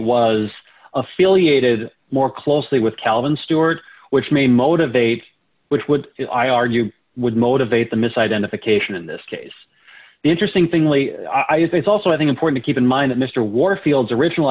was affiliated more closely with calvin stuart which may motivate which would i argue would motivate the misidentification in this case the interesting thing leigh i use is also i think important keep in mind that mr warfield's original